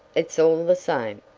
it's all the same.